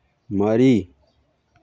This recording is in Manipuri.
ꯃꯔꯤ